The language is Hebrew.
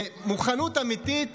במוכנות אמיתית